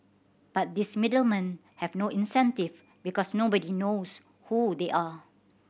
but these middle men have no incentive because nobody knows who they are